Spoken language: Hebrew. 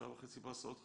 שעה וחצי בהסעות חזור.